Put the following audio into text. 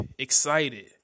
Excited